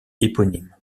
éponyme